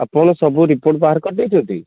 ଆପଣ ସବୁ ରିପୋର୍ଟ ବାହାର କରିଦେଇଛନ୍ତି